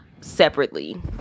separately